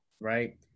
Right